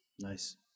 Nice